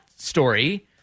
story